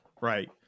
Right